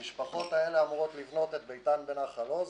המשפחות האלה אמורות לבנות את ביתן בנחל עוז.